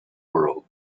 world